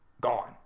gone